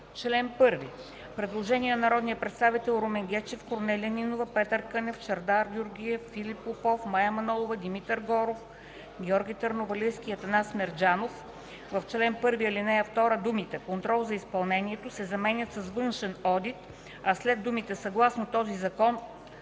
чл. 1 – предложение на народните представители Румен Гечев, Корнелия Нинова, Петър Кънев, Чавдар Георгиев, Филип Попов, Мая Манолова, Димитър Горов, Георги Търновалийски и Атанас Мерджанов: „В чл. 1, ал. 2 думите „контрол за изпълнението” се заменят с „външен одит”, а след думите „съгласно този закон